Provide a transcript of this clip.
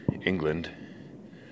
England